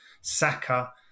Saka